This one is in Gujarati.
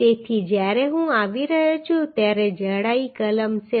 તેથી જ્યારે હું આવી રહ્યો છું ત્યારે જાડાઈ જે કલમ 7